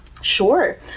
Sure